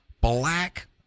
black